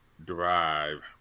drive